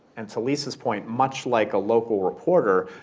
and to lisa's point, much like a local reporter,